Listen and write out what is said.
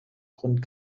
grund